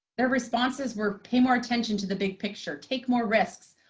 their responses were pay more attention to the big picture. take more risks.